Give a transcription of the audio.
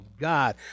god